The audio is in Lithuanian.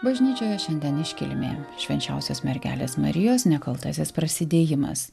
bažnyčioje šiandien iškilmė švenčiausios mergelės marijos nekaltasis prasidėjimas